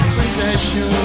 possession